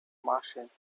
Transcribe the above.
martians